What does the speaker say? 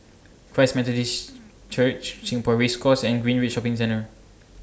Christ Methodist Church Singapore Race Course and Greenridge Shopping Centre